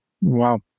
Wow